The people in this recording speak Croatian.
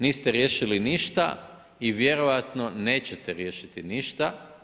Niste riješili ništa i vjerojatno nećete riješiti ništa.